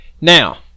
Now